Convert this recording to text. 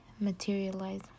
materialize